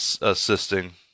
assisting